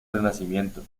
renacimiento